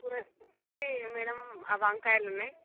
కూరలు వచ్చేసి మేడం ఆ వంకాయలు ఉన్నాయి